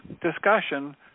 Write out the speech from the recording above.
discussion